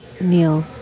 Neil